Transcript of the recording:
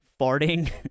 farting